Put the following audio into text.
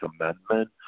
amendment